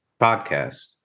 podcast